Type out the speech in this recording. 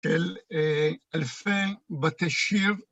אלפי בתי שיר